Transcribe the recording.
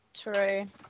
True